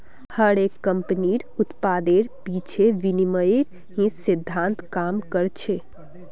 हर एक कम्पनीर उत्पादेर पीछे विनिमयेर ही सिद्धान्त काम कर छे